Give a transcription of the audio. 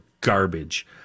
garbage